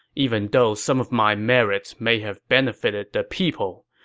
even though some of my merits may have benefited the people,